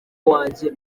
wanjye